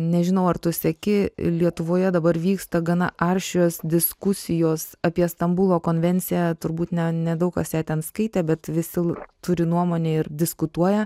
nežinau ar tu seki lietuvoje dabar vyksta gana aršios diskusijos apie stambulo konvenciją turbūt ne nedaug kas ją ten skaitė bet visi turi nuomonę ir diskutuoja